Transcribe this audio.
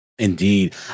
Indeed